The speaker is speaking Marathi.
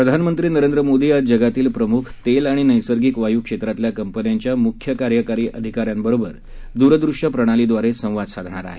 प्रधानमंत्री नरेंद्र मोदी आज जगातील प्रमुख तेल आणि नैसर्गिक वायू क्षेत्रातल्या कंपन्यांच्या मुख्य कार्यकारी अधिकाऱ्यांबरोबर दूर दृश्य प्रणालीद्वारे संवाद साधणार आहेत